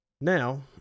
now